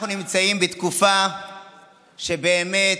אנחנו נמצאים בתקופה שבאמת,